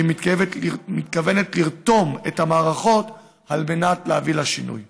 והיא מתכוונת לרתום את המערכות על מנת להביא לשינוי.